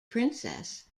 princess